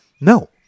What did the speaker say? No